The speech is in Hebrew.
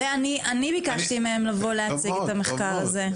זה אני ביקשתי מהם לבוא להציג את המחקר הזה.